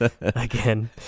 Again